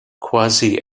quasi